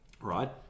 right